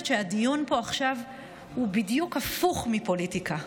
שהדיון פה עכשיו הוא בדיוק הפוך מפוליטיקה,